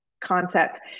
concept